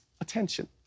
attention